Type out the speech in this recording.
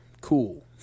Cool